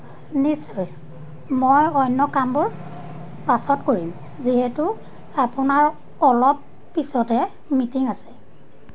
নিশ্চয় মই অন্য কামবোৰ পাছত কৰিম যিহেতু আপোনাৰ অলপ পিছতে মিটিং আছে